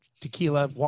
tequila